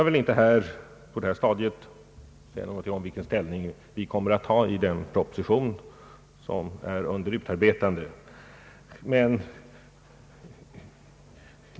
Jag vill inte på detta stadium säga någonting om vilken ställning vi kommer att ta i den proposition som är under utarbetande.